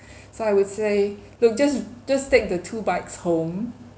so I would say look just just take the two bikes home